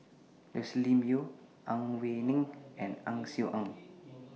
Joscelin Yeo Ang Wei Neng and Ang Swee Aun